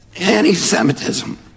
Anti-Semitism